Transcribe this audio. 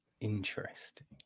Interesting